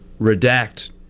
redact